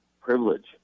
privilege